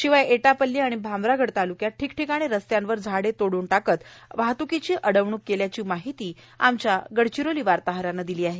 शिवाय एटापल्ली आणि भामरागड तालुक्यात ठिकठिकाणी रस्त्यावर झाडे तोडून टाकत अडवणूक केल्याची माहिती आमच्या वार्ताहरानं दिली आहे